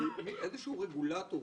שהוא רגולטור